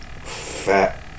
Fat